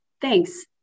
Thanks